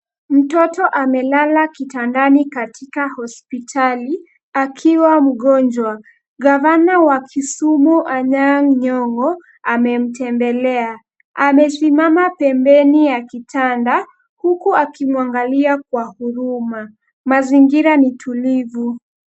Mtoto amelala kitandani katika hospitali akiwa mgonjwa ,gavana wa Kisumu Anyang' Nyong'o amemtembelea, amesimama pembeni ya kitanda huku akimwangalia kwa huruma, mazingira ni tulivu.